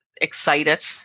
excited